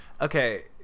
okay